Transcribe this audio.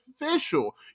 official